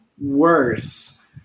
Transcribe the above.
worse